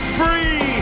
free